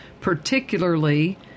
Particularly